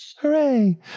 Hooray